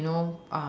you know